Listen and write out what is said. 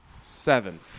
seven